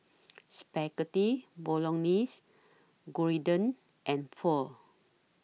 Spaghetti Bolognese Gyudon and Pho